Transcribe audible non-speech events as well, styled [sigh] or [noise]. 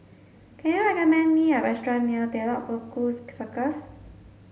can you recommend me a restaurant near Telok Paku [unintelligible] Circus